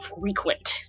frequent